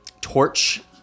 torch